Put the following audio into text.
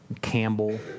Campbell